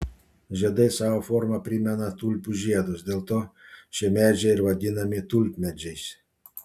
žiedai savo forma primena tulpių žiedus dėl to šie medžiai ir vadinami tulpmedžiais